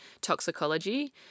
toxicology